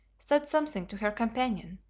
said something to her companion,